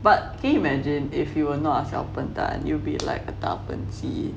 but can you imagine if you were not a 小笨蛋 you'll be like a 大笨鸡